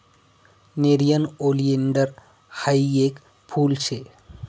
nerium oleander हायी येक फुल शे